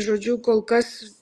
žodžiu kol kas